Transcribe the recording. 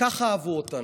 וככה אהבו אותנו.